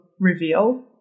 Reveal